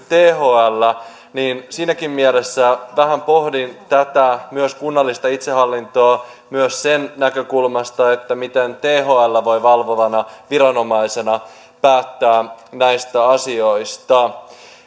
thl siinäkin mielessä vähän pohdin tätä myös kunnallista itsehallintoa myös sen näkökulmasta että miten thl voi valvovana viranomaisena päättää näistä asioista